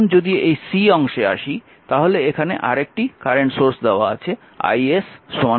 এখন যদি এই অংশে আসি তাহলে এখানে একটি কারেন্ট সোর্স দেওয়া আছে is 2 অ্যাম্পিয়ার